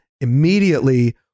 Immediately